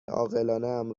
عاقلانهام